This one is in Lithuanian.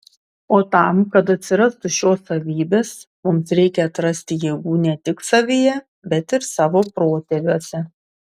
o tam kad atsirastų šios savybės mums reikia atrasti jėgos ne tik savyje bet ir savo protėviuose